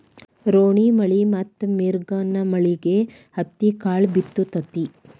ರೋಣಿಮಳಿ ಮತ್ತ ಮಿರ್ಗನಮಳಿಗೆ ಹತ್ತಿಕಾಳ ಬಿತ್ತು ತತಿ